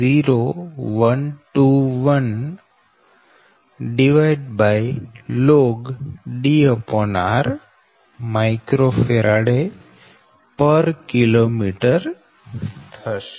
0121log D r µFkm microfarad kilometre થશે